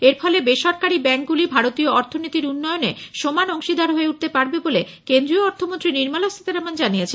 এরফলে বেসরকারী ব্যাঙ্কগুলি ভারতীয় অর্থনীতির উন্নয়নে সমান অংশীদার হয়ে উঠতে পারবে বলে কেন্দ্রীয় অর্থমন্ত্রী নির্মলা সীতারমণ জানিয়েছেন